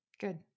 Good